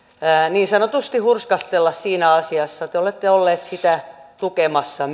niin sanotusti hurskastella siinä asiassa te olette olleet sellaista tukemassa